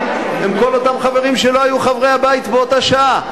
הם כל אותם חברים שלא היו חברי הבית באותה שעה.